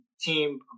team